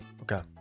Okay